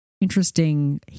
interesting